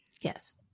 Yes